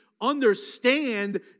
understand